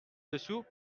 dessous